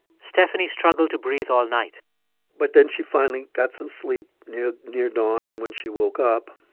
stephanie struggled to breathe all night but then she finally got some sleep near near dawn. and when she woke up,